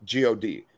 GOD